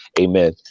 amen